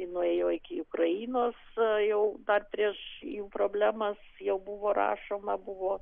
nuėjau iki ukrainos jau dar prieš jų problemas jau buvo rašoma buvo